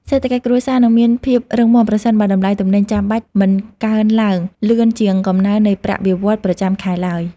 សេដ្ឋកិច្ចគ្រួសារនឹងមានភាពរឹងមាំប្រសិនបើតម្លៃទំនិញចាំបាច់មិនកើនឡើងលឿនជាងកំណើននៃប្រាក់បៀវត្សរ៍ប្រចាំខែឡើយ។